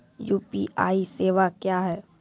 UPI सेवा क्या हैं?